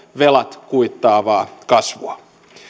velat kuittaavaa kasvua